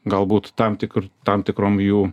galbūt tam tikru tam tikrom jų